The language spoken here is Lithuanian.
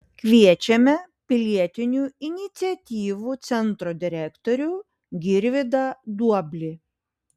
kviečiame pilietinių iniciatyvų centro direktorių girvydą duoblį